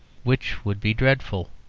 which would be dreadful.